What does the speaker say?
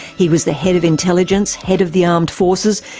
he was the head of intelligence, head of the armed forces,